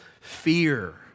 fear